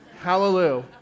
Hallelujah